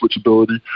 switchability